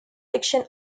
fiction